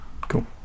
cool